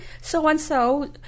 so-and-so